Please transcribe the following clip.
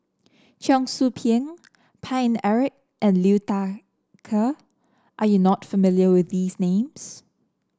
Cheong Soo Pieng Paine Eric and Liu Thai Ker are you not familiar with these names